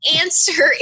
answer